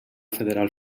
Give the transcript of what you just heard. federal